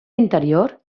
interior